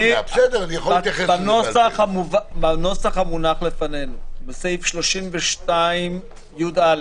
בנוסח המונח לפנינו, בסעיף 32יא(ב)